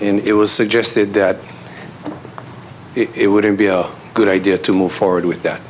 in it was suggest did that it wouldn't be a good idea to move forward with that